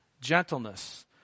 gentleness